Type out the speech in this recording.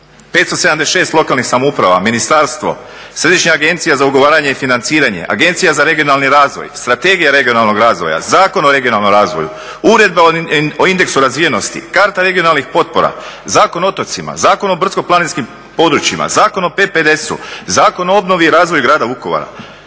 576 lokalnih samouprava, ministarstvo, Središnja agencija za ugovaranje i financiranje, Agencija za regionalni razvoj, Strategija regionalnog razvoja, Zakon o regionalnom razvoju, Uredba o indeksu razvijenosti, karta regionalnih potpora, Zakon o otocima, Zakon o brdsko-planinskim područjima, Zakon o PPDS-u, Zakon o obnovi i razvoju Grada Vukovara.